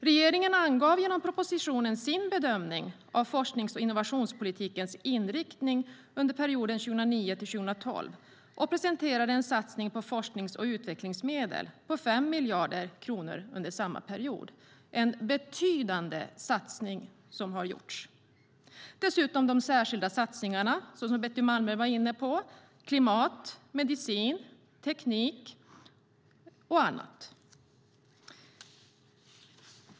Regeringen angav genom propositionen sin bedömning av forsknings och innovationspolitikens inriktning under perioden 2009-2012 och presenterade en satsning på forsknings och utvecklingsmedel på 5 miljarder kronor för denna period. Det var en betydande satsning som gjordes. Dessutom gjordes särskilda satsningar på klimat, medicin, teknik och annat, vilket Betty Malmberg var inne på.